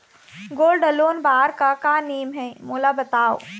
Gold loan बार का का नेम हे, मोला बताव?